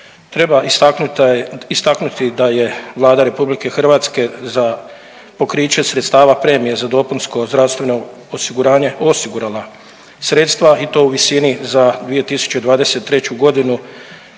Treba istaknuti da je Vlada Republike Hrvatske za pokriće sredstava premije za dopunsko zdravstveno osiguranje osigurala sredstva i to u visini za 2023. godinu